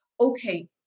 okay